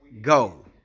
go